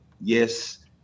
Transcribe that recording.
yes